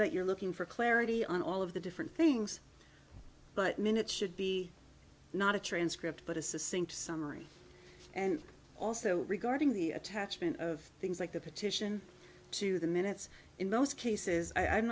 that you're looking for clarity on all of the different things but minute should be not a transcript but it's the same to summary and also regarding the attachment of things like a petition to the minutes in most cases i